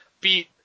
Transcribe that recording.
beat